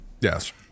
Yes